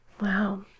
Wow